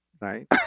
right